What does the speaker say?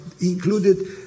included